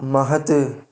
महत्